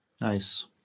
Nice